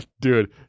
Dude